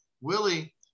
Willie